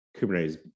Kubernetes